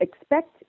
expect